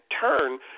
turn